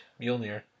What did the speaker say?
Mjolnir